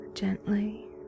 gently